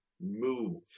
move